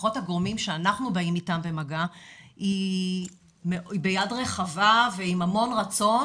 לפחות הגורמים שאנחנו באים איתם במגע היא ביד רחבה ועם המון רצון.